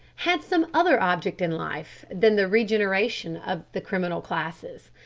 had some other object in life than the regeneration of the criminal classes.